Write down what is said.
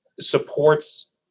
supports